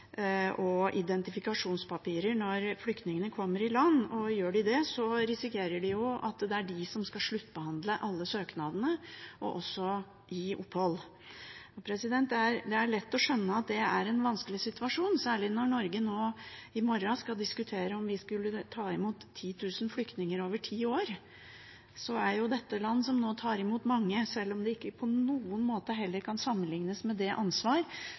og identifikasjonspapirer når flyktningene kommer i land. Gjør de det, risikerer de at det er de som skal sluttbehandle alle søknadene og også gi opphold. Det er lett å skjønne at det er en vanskelig situasjon, særlig når Norge i morgen skal diskutere om vi skal ta imot 10 000 flyktninger over ti år. Dette er land som nå tar imot mange, sjøl om det ikke på noen måte heller kan sammenliknes med det ansvar